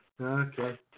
Okay